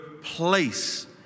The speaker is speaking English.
place